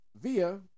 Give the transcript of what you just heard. via